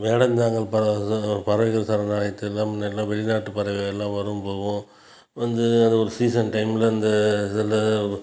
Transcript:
வேடந்தாங்கல் பறவை பறவைகள் சரணாலயத்துலலான் முன்னாடியெலான் வெளிநாட்டு பறவைகள்லான் வரும் போகும் வந்து அது ஒரு சீசன் டைமில் இந்த இதில்